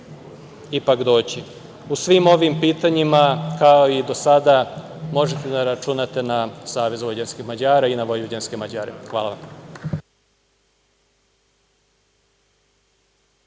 ipak doći.U svim ovim pitanjima, kao i do sada, možete da računate na Savez vojvođanskih Mađara i na vojvođanske Mađare. Hvala vam.